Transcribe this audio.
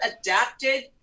adapted